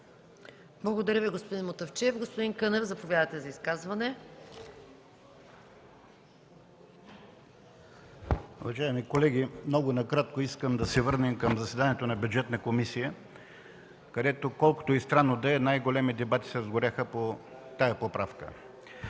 Благодаря Ви, господин Мутафчиев. Господин Кънев, заповядайте за изказване. ПЕТЪР КЪНЕВ (КБ): Уважаеми колеги, много накратко искам да се върнем към заседанието на Бюджетна комисия, където, колкото и странно да е, най-големи дебати се разгоряха по тази поправка.